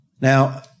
Now